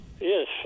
Yes